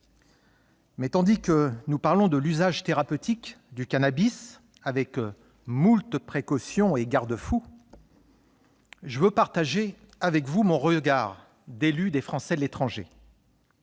Tandis que nous parlons de l'usage thérapeutique du cannabis avec moult précautions et garde-fous, je veux partager avec vous mon regard d'élu des Français de l'étranger.